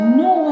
no